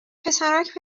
پسرک